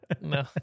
no